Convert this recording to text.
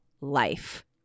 life